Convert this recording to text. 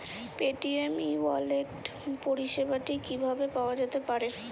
Paytm e wallet পরিষেবাটি কিভাবে পাওয়া যেতে পারে?